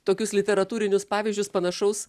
tokius literatūrinius pavyzdžius panašaus